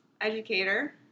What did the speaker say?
educator